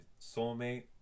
soulmate